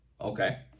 Okay